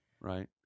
Right